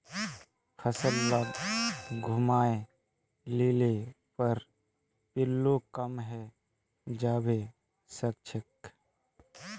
फसल लाक घूमाय लिले पर पिल्लू कम हैं जबा सखछेक